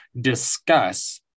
discuss